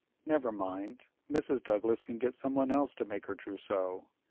never mind. mrs. douglas can get some one else to make her trousseau.